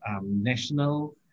National